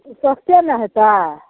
ओ सस्ते ने हेतै